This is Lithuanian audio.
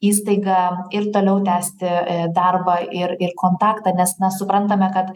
įstaiga ir toliau tęsti darbą ir ir kontaktą nes na suprantame kad